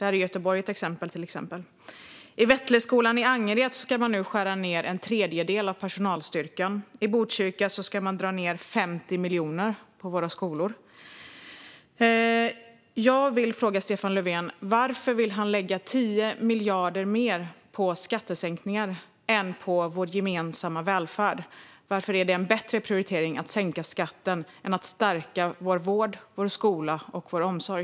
Göteborg är ett exempel. I Vättleskolan i Angered ska personalstyrkan skäras ned med en tredjedel. I Botkyrka ska det dras ned 50 miljoner på skolorna. Jag vill fråga Stefan Löfven varför han vill lägga 10 miljarder mer på skattesänkningar än på vår gemensamma välfärd. Varför är det en bättre prioritering att sänka skatten än att stärka vår vård, skola och omsorg?